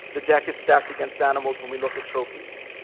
the deck is stacked against animals when we look at trophies.